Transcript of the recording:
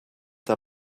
der